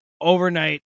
overnight